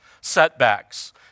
setbacks